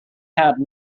had